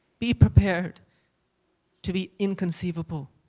be prepared to be inconceivable,